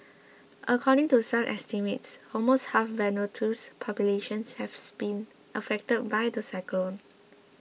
according to some estimates almost half Vanuatu's populations have spin affected by the cyclone